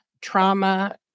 trauma